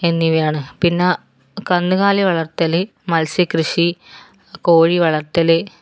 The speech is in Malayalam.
എന്നിവയാണ് പിന്നെ കന്നുകാലി വളർത്തൽ മത്സ്യകൃഷി കോഴി വളർത്തൽ